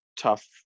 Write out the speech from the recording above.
tough